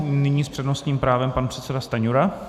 Nyní s přednostním právem pan předseda Stanjura.